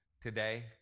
Today